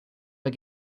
but